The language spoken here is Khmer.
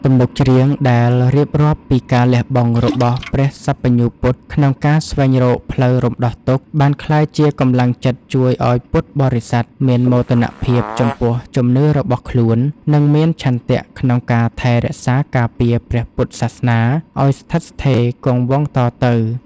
ទំនុកច្រៀងដែលរៀបរាប់ពីការលះបង់របស់ព្រះសព្វញ្ញូពុទ្ធក្នុងការស្វែងរកផ្លូវរំដោះទុក្ខ បានក្លាយជាកម្លាំងចិត្តជួយឱ្យពុទ្ធបរិស័ទមានមោទនភាពចំពោះជំនឿរបស់ខ្លួន និងមានឆន្ទៈក្នុងការថែរក្សាការពារព្រះពុទ្ធសាសនាឱ្យស្ថិតស្ថេរគង់វង្សតទៅ។